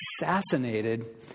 assassinated